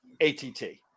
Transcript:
ATT